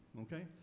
okay